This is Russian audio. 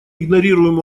игнорируем